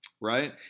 right